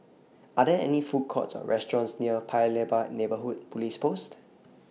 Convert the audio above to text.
Are There any Food Courts Or restaurants near Paya Lebar Neighbourhood Police Post